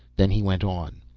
then he went on.